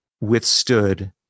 withstood